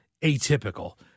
atypical